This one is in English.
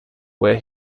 where